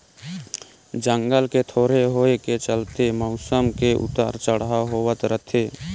जंगल के थोरहें होए के चलते मउसम मे उतर चढ़ाव होवत रथे